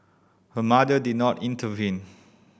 her mother did not intervene